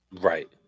right